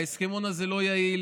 ההסכמון הזה לא יעיל.